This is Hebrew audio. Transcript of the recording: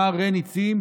מר רני צים,